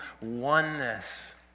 oneness